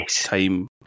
time